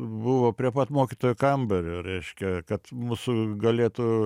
buvo prie pat mokytojų kambario reiškia kad mus galėtų